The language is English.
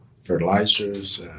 fertilizers